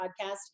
Podcast